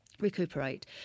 Recuperate